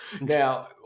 Now